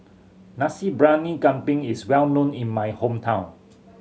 Nasi Briyani Kambing is well known in my hometown